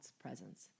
presence